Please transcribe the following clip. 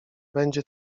będzie